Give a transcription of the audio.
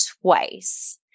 twice